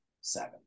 seven